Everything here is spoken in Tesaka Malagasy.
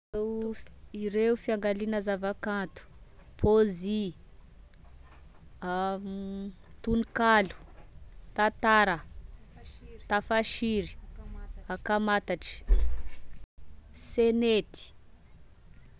Ireo fiangaliana zava-kanto: poezy, tononkalo, tantara, tafasiry, ankamantatry, senety